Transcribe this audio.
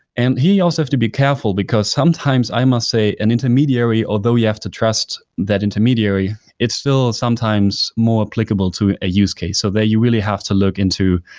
and also have to be careful because sometimes i must say an intermediary, although you have to trust that intermediary, it's still sometimes more applicable to a use case, so that you really have to look into,